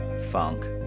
Funk